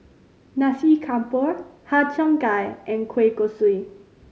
Nasi Campur Har Cheong Gai and kueh kosui